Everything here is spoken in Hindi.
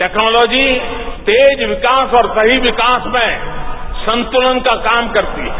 टेक्नोलॉजी तेज विकास और सही विकास में संतुलन का काम करती है